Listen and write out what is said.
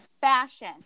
fashion